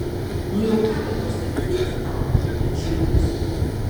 nu jau ką bepasakyti tau ačiukas